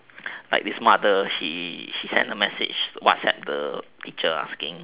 like this mother she send a message she whatsapp the teacher asking